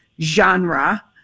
genre